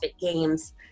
Games